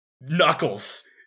Knuckles